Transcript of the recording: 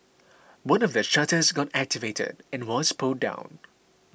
one of the shutters got activated and was pulled down